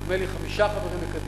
נדמה לי חמישה חברים בקדימה,